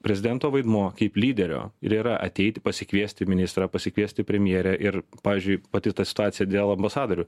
prezidento vaidmuo kaip lyderio ir yra ateiti pasikviesti ministrą pasikviesti premjerę ir pavyzdžiui pati ta situacija dėl ambasadorių